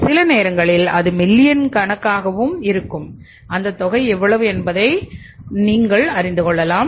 சில நேரங்களில் அது மில்லியன் கணக்கானதாக இருக்கும்போது அந்தத் தொகை எவ்வளவு என்பதை நீங்கள் அறிந்து கொள்ளலாம்